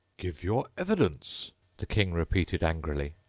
give your evidence the king repeated angrily,